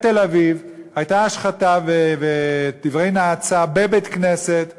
אבל בתל-אביב היו השחתה ודברי נאצה בבית-כנסת מודרני.